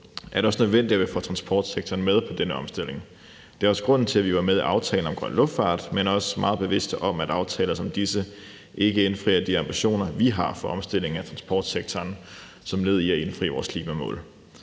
er det også nødvendigt, at vi får transportsektoren med på denne omstilling. Det er også grunden til, at vi var med i aftalen om grøn luftfart, men vi er også meget bevidste om, at aftaler som disse ikke indfrier de ambitioner, vi har for omstillingen af transportsektoren som led i at indfri vores klimamål.